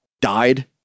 died